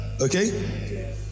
Okay